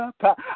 up